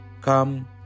Come